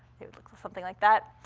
they would look something like that.